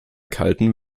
kalten